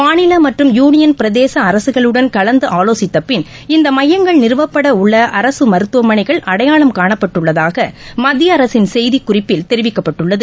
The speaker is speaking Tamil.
மாநில மற்றும் யூளியன் பிரதேச அரசுகளுடன் கலந்து ஆலோசித்தப்பின் இந்த மையங்கள் நிறுவப்பட உள்ள அரசு மருத்துவமனைகள் அடையாளம் காணப்பட்டுள்ளதாக மத்திய அரசின் செய்திக் குறிப்பில் தெரிவிக்கப்பட்டுள்ளது